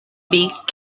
beak